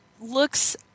looks